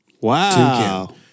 Wow